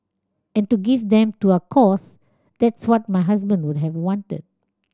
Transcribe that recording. and to give them to a cause that's what my husband would have wanted